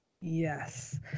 yes